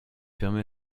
permet